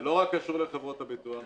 זה לא קשור רק לחברות הביטוח,